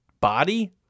body